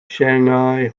shanghai